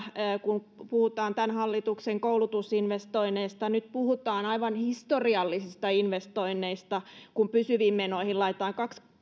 kun puhutaan tämän hallituksen koulutusinvestoinneista nyt puhutaan aivan historiallisista investoinneista kun pysyviin menoihin laitetaan